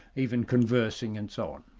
even conversing and so on.